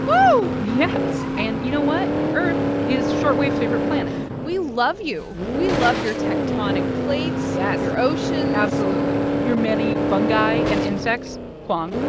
woohoo yes. and you know what? earth is short wave's favorite planet we love you. we love your tectonic plates. yes. your oceans absolutely. your many fungi and insects. kwong,